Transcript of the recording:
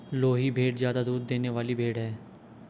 लोही भेड़ ज्यादा दूध देने वाली भेड़ है